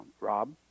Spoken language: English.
Rob